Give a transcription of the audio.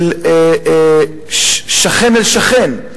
של שכן אל שכן,